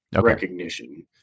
recognition